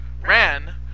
ran